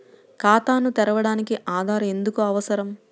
ఖాతాను తెరవడానికి ఆధార్ ఎందుకు అవసరం?